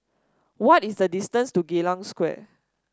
what is the distance to Geylang Square